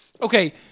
Okay